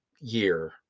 year